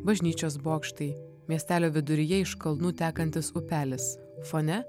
bažnyčios bokštai miestelio viduryje iš kalnų tekantis upelis fone